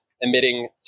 emitting